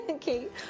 Kate